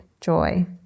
joy